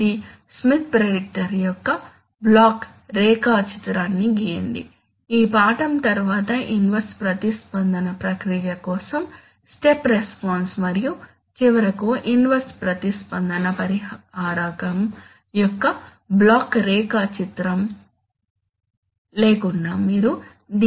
ఇది Smith predictor యొక్క block రేఖాచిత్రాన్ని గీయండి ఈ పాఠం తరువాత ఇన్వర్స్ ప్రతిస్పందన ప్రక్రియ కోసం స్టెప్ రెస్పాన్స్ మరియు చివరకు ఇన్వర్స్ ప్రతిస్పందన పరిహారకం యొక్క బ్లాక్ రేఖాచిత్రం లేకుండా మీరు దీన్ని చేయగలరు